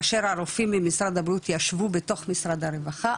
כאשר הרופאים ממשרד הבריאות ישבו בתוך משרד הרווחה,